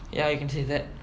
ya you can say that